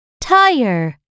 tire